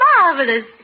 marvelous